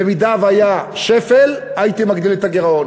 במידה שהיה שפל, הייתי מגדיל את הגירעון.